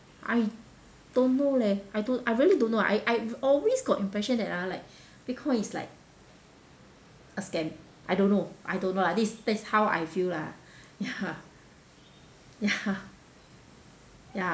I don't know leh I don't I really don't know I I always got impression that ah like bitcoin is like a scam I don't know I don't know lah this that's how I feel lah ya ya ya